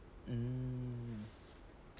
mm